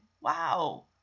Wow